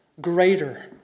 greater